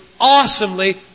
awesomely